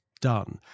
done